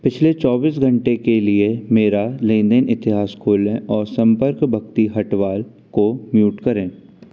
पिछले चौबीस घंटे के लिए मेरा लेन देन इतिहास खोलें और सम्पर्क भक्ति हटवाल को म्यूट करें